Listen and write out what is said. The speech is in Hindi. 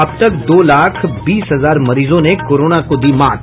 अब तक दो लाख बीस हजार मरीजों ने कोरोना को दी मात